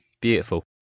beautiful